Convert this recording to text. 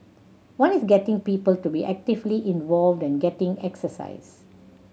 one is getting people to be actively involved and getting exercise